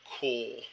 cool